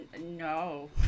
no